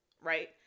right